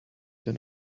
than